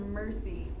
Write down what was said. mercy